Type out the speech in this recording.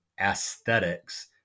aesthetics